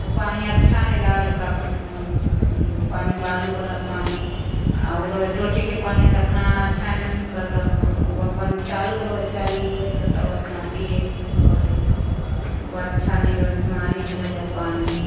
ओ पानी अच्छा नहि लागल कखनहु जे ओ पानी बालूवला पानी आओर ओ रहै टोटीके पानी तऽ अपना छानि उनिकऽ तब ओ ओ अपन चालू रहै चालू रहिकऽ तब अपना पिएके पड़ै ओ अच्छा नहि रहै बेमारी भऽ जाए ओ पानीमे